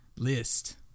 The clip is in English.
List